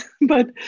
but-